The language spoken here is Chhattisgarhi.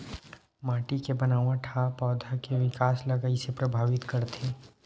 माटी के बनावट हा पौधा के विकास ला कइसे प्रभावित करथे?